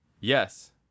yes